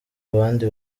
abandi